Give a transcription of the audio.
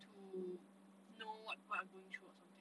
to know what people are going through or something